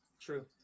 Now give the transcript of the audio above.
True